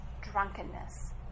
drunkenness